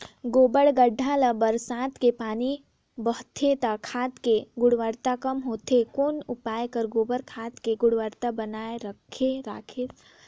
गोबर गढ्ढा ले बरसात मे पानी बहथे त खाद के गुणवत्ता कम होथे कौन उपाय कर गोबर खाद के गुणवत्ता बनाय राखे सकत हन?